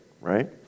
right